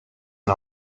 and